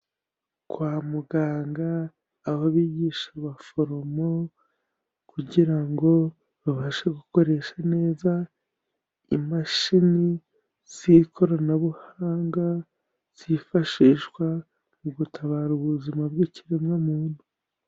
Kwa muganga aho bigisha abaforomo kugira ngo babashe gukoresha neza imashini z'ikoranabuhanga, zifashishwa mu gutabara ubuzima bw'ikiremwamuntu.